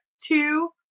two